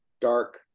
dark